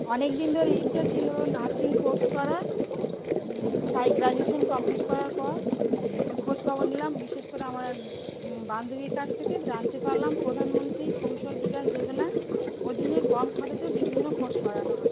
অনেক দিন ধরে ইচ্ছা ছিল নার্সিং কোর্স করার তাই গ্র্যাজুয়েশন কমপ্লিট করার পর একটু খোঁজ খবর নিলাম বিশেষ করে আমার এক বান্ধবীর কাছ থেকে জানতে পারলাম প্রধানমন্ত্রী কৌশল বিকাশ যোজনায় অধীনে কম খরচে বিভিন্ন কোর্স করানো হয়